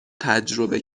تجربه